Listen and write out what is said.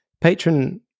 patron